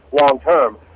long-term